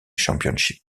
championship